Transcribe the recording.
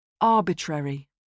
Arbitrary